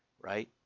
right